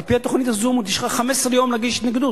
על-פי התוכנית הזאת יש לך 15 יום להגיש התנגדות.